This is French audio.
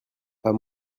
pas